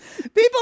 People